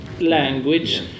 language